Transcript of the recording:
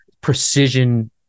precision